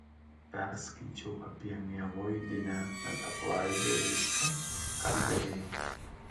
perskaičiau apie mieloidinę metaplaziją viską ką galėjau